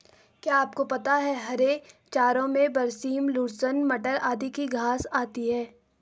क्या आपको पता है हरे चारों में बरसीम, लूसर्न, मटर आदि की घांस आती है?